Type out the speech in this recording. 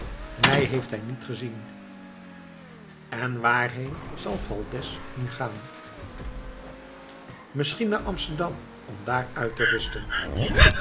mij heeft hij niet gezien en waarheen zal valdez nu gaan misschien naar amsterdam om daar uit te rusten